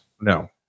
No